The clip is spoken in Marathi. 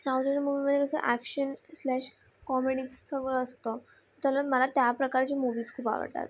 साऊथ इंडियन मूवीमध्ये कसं ॲक्शन स्लेश कॉमेडीज सगळं असतं तर मला त्या प्रकारची मूव्हीज खूप आवडतात